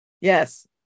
Yes